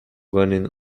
running